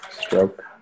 stroke